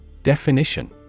Definition